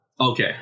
Okay